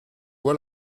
voix